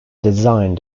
designed